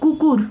কুকুর